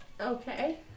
Okay